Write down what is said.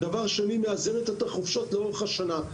שנית, היא גם מאזנת את החופשות לאורך השנה.